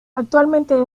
actualmente